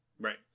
Right